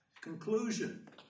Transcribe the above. Conclusion